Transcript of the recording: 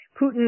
Putin